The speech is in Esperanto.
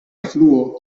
influo